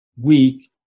weak